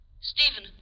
Stephen